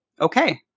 okay